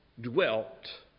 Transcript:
dwelt